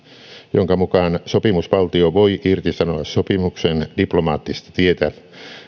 jonka mukaan sopimusvaltio voi irtisanoa sopimuksen diplomaattista tietä